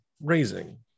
raising